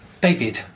David